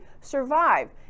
survive